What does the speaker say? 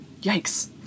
yikes